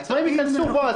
העצמאים ייכנסו, בועז.